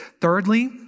Thirdly